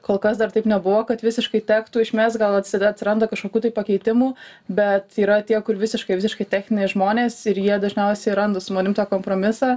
kol kas dar taip nebuvo kad visiškai tektų išmest gal atsi atsiranda kažkokių tai pakeitimų bet yra tie kur visiškai visiškai techniniai žmonės ir jie dažniausiai randa su manim tą kompromisą